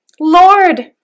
Lord